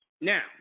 Now